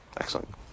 Excellent